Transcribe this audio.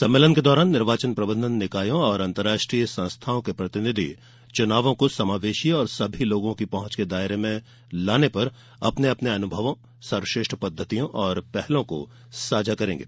सम्मेलन के दौरान निर्वाचन प्रबंधन निकायों और अंतर्राष्ट्रीय संस्थाओं के प्रतिनिधि चुनावों को समावेशी और सभी लोगों की पहंच के दायरे में लाने पर अपने अपने अनुभवों सर्वश्रेष्ठ पद्धतियों और पहलों को साझा करेंगे